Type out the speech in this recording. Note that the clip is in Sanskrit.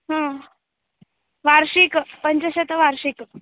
ह्म् वार्षिकपञ्चशतंवार्षिकं